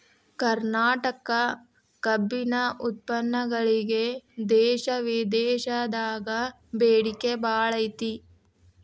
ಕರ್ನಾಟಕ ಕಬ್ಬಿನ ಉತ್ಪನ್ನಗಳಿಗೆ ದೇಶ ವಿದೇಶದಾಗ ಬೇಡಿಕೆ ಬಾಳೈತಿ